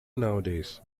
nowadays